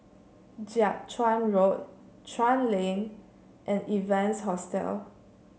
Jiak Chuan Road Chuan Lane and Evans Hostel